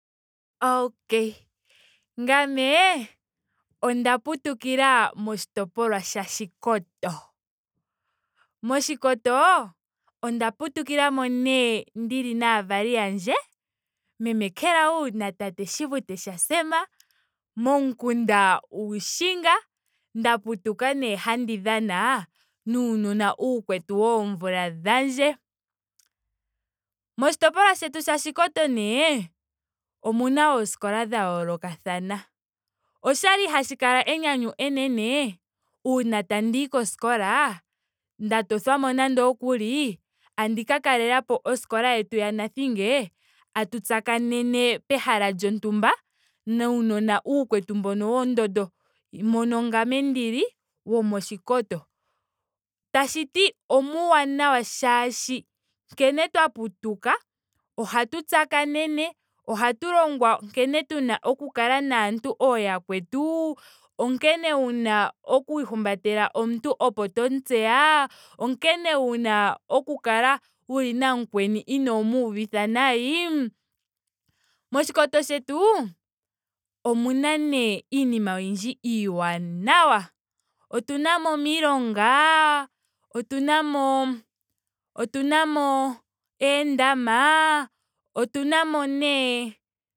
Okay ngame onda putukila moshitopolwa sha oshikoto. moshikoto onda putukilamo nee ndili naavali yandje meme kelawu na tate shivute sha sam momukunda uushinga nda putuka nee handi dhana nuunona uukwetu woomvula dhandje. Moshitopolwa shetu sha oshikoto nee omuna ooskola dha yoolokathana. Okwali hashi kala enyanyu enene uuna tandiyi koskola nda tothwamo nando ookuli tandi ka kalelapo oskola yetu ya onathinge. tatu tsakanene pehala lyontumba nuunona uukwetu mbono wondondo moka ngame ndili womoshikoto. Tashiti omuuwanawa molwaashoka nkene twa putuka ohatu tsakanene. ohatu longwa nkene tuna oku kala naantu ooyakwetu. onkene wuna oku ihumbatela omuntuu opo tomu tseya. onkene wuna oku kala namukweni inomuu vitha nayi. Moshikoto shetu omuna nee iinima oyindji iiwanawa. Otunamo omilonga. otunamo otunamo oondama. otunamo nee